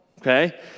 okay